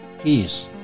peace